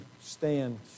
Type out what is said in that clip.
stand